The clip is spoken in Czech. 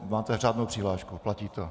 Máte řádnou přihlášku, platí to?